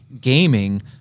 gaming